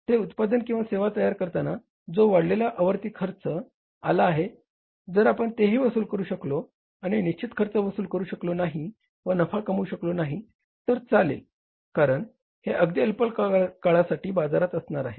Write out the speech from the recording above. ते उत्पादन किंवा सेवा तयार करताना जो वाढलेला आवर्ती खर्च आला आहे जर आपण तेही वसूल करू शकलो आणि निश्चित खर्च वसूल करू शकलो नाही व नफा कमवू शकलो नाही तरी चालेल कारण हे अगदी अल्पकाळासाठी बाजारात असणार आहे